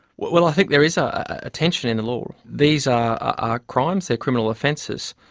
well, i think there is a ah tension in the law. these are ah crimes, they're criminal offences,